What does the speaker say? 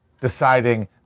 deciding